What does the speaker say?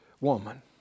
woman